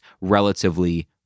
relatively